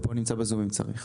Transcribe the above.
הוא נמצא פה בזום, אם צריך.